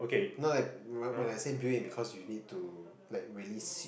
no like when when I say built in because you need to like really s~